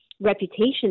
reputation